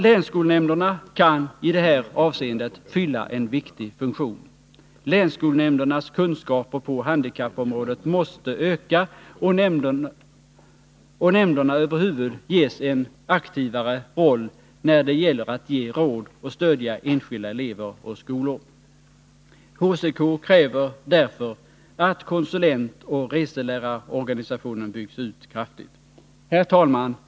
Länsskolnämnderna kan i det här avseendet fylla en viktig funktion. Länsskolnämndernas kunskaper på handikappområdet måste öka och nämnderna över huvud taget ges en aktivare roll när det gäller att ge råd och stödja enskilda elever och skolor. HCK kräver därför att konsulentoch reselärarorganisationen byggs ut kraftigt.” Herr talman!